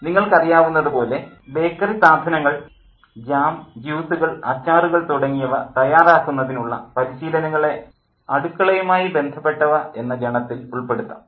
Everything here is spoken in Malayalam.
നിങ്ങൾക്കറിയാവുന്നതു പോലെ ബേക്കറി സാധനങ്ങൾ ജാം ജ്യൂസുകൾ അച്ചാറുകൾ തുടങ്ങിയവ തയ്യാറാക്കുന്നതിനുള്ള പരിശീലനങ്ങളെ അടുക്കളയുമായി ബന്ധപ്പെട്ടവ എന്ന ഗണത്തിൽ ഉൾപ്പെടുത്താം